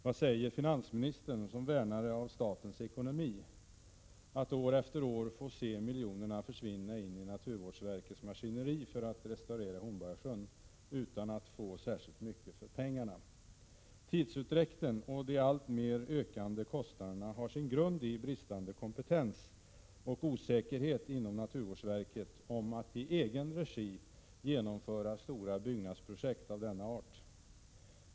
Vad säger finansministern som värnare av statens ekonomi om att år efter år få se miljonerna försvinna in i naturvårdsverkets maskineri för att restaurera Hornborgasjön, utan att man får särskilt mycket för pengarna? Tidsutdräkten och de alltmer ökande kostnaderna har sin grund i brist på kompetens och osäkerhet inom naturvårdsverket om att i egen regi kunna genomföra stora byggnadsprojekt av denna art.